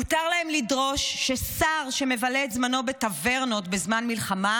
מותר להם לדרוש ששר שמבלה את זמנו בטברנות בזמן מלחמה,